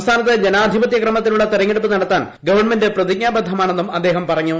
സംസ്ഥാനത്ത് ജനാധിപത്യ ക്രമത്തിലുള്ള തെരഞ്ഞെടുപ്പ് നടത്താൻ ഗവൺമെന്റ് പ്രതിജ്ഞാബദ്ധമാണെന്നും അദ്ദേഹം പറഞ്ഞു